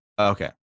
Okay